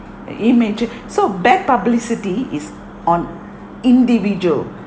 image so bad publicity is on individual